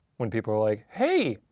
when people are like hey,